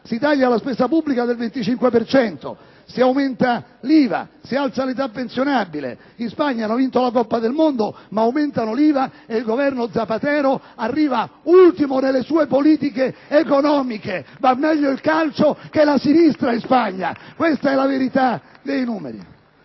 si taglia la spesa pubblica del 25 per cento, si aumenta l'IVA, si alza l'età pensionabile. In Spagna hanno vinto la Coppa del mondo, ma aumentano l'IVA e il Governo Zapatero arriva ultimo nelle sue politiche economiche. In Spagna va meglio il calcio che la sinistra. Questa la verità dei numeri!